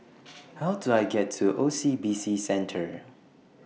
How Do I get to O C B C Centre